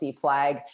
flag